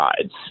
sides